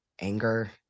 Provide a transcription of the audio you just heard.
anger